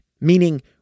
meaning